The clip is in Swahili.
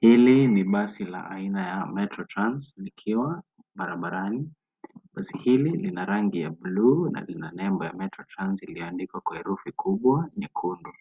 Hili ni basi la aina ya Metro Trans likiwa barabarani. Basi hili lina rangi ya blue na lina nembo ya Metro Trans iliyoandika kwa herufi kubwa nyekundu.